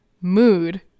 mood